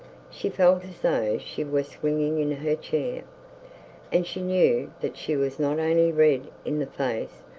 she felt as though she were swinging in her chair and she knew that she was not only red in the face,